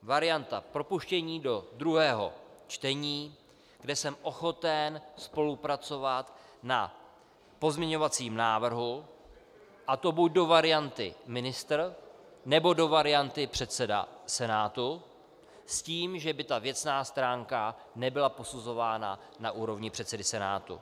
Varianta propuštění do druhého čtení, kde jsem ochoten spolupracovat na pozměňovacím návrhu, a to buď do varianty ministr, nebo do varianty předseda Senátu s tím, že by ta věcná stránka nebyla posuzována na úrovni předsedy Senátu.